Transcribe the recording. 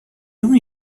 only